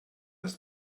das